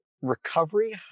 recovery